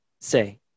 say